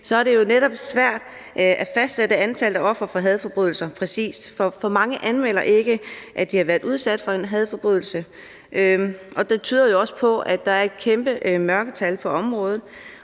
er det jo netop svært at fastsætte antallet af ofre for hadforbrydelser præcist, fordi mange ikke anmelder, at de har været udsat for en hadforbrydelse, hvilket jo også tyder på, at der er et kæmpe mørketal på området.